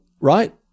right